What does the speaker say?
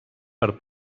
per